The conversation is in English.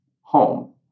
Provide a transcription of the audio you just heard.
home